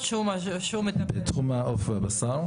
מתעלף,